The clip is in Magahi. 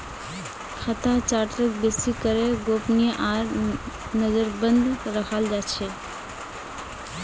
खाता चार्टक बेसि करे गोपनीय आर नजरबन्द रखाल जा छे